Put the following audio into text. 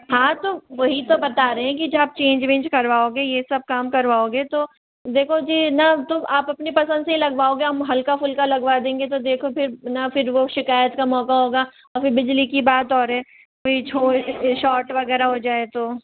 हाँ तो वही तो बता रहे हैं कि जो चेंज वेंज करवाओगे ये सब काम करवाओगे तो देखो जी ना तो आप अपनी पसंद से ही लगवाओगे हम हल्का फुल्का लगवा देंगे तो देखो फिर ना फिर वो शिकायत का मौक़ा होगा और फिर बिजली की बात और है तो ये शाॅर्ट वग़ैरह हो जाए तो